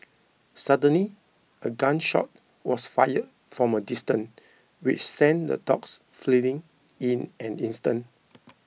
suddenly a gun shot was fired from a distance which sent the dogs fleeing in an instant